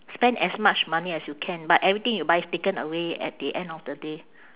spend as much money as you can but everything you buy is taken away at the end of the day